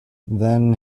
then